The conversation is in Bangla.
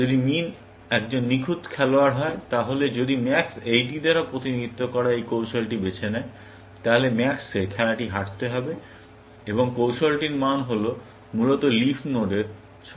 যদি মিন একজন নিখুঁত খেলোয়াড় হয় তাহলে যদি max এইটি দ্বারা প্রতিনিধিত্ব করা এই কৌশলটি বেছে নেয় তাহলে max কে খেলাটি হারতে হবে এবং কৌশলটির মান হল মূলত লিফ নোডের সর্বনিম্ন মান